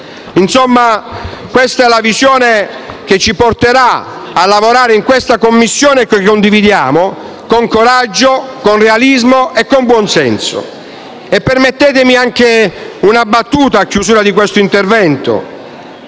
Insomma, questa è la visione che ci porterà a lavorare in questa Commissione, che condividiamo con coraggio, realismo e buonsenso. Permettetemi una battuta a chiusura di questo intervento,